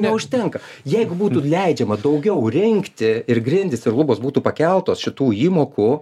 neužtenka jeigu būtų leidžiama daugiau rinkti ir grindys ir lubos būtų pakeltos šitų įmokų